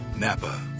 Napa